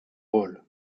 rôle